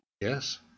Yes